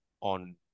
on